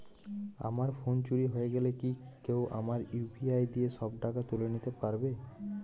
আমার ফোন চুরি হয়ে গেলে কি কেউ আমার ইউ.পি.আই দিয়ে সব টাকা তুলে নিতে পারবে?